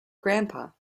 grandpa